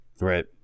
Right